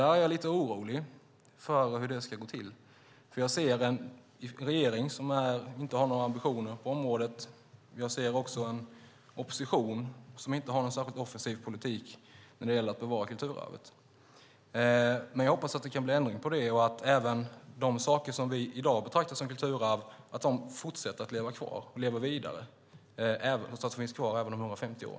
Jag är dock lite orolig för hur det ska gå till, för jag ser en regering som inte har några ambitioner på området, och jag ser också en opposition som inte har någon särskilt offensiv politik när det gäller att bevara kulturarvet. Men jag hoppas att det kan bli ändring på det och att även de saker som vi i dag betraktar som kulturarv fortsätter att leva vidare så att de finns kvar även om 150 år.